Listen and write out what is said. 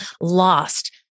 lost